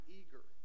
eager